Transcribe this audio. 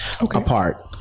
apart